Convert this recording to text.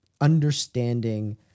understanding